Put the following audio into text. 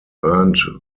earned